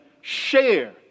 share